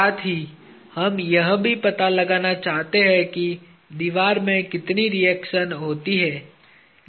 साथ ही हम यह भी पता लगाना चाहते हैं कि दीवार में कितनी रिएक्शन होती है